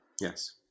Yes